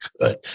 good